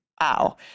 Wow